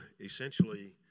essentially